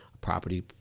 property